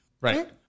Right